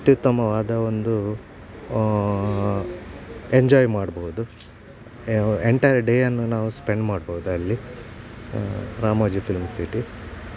ಅತ್ಯುತ್ತಮವಾದ ಒಂದು ಎಂಜಾಯ್ ಮಾಡ್ಬೋದು ಎಂಟೈರ್ ಡೇಯನ್ನು ನಾವು ಸ್ಪೆಂಡ್ ಮಾಡ್ಬೋದು ಅಲ್ಲಿ ರಾಮೋಜಿ ಫಿಲ್ಮ್ ಸಿಟಿ